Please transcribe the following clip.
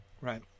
right